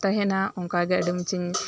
ᱛᱟᱦᱮᱸᱱᱟ ᱚᱝᱠᱟ ᱜᱮ ᱟᱹᱰᱤ ᱢᱚᱸᱡᱮᱧ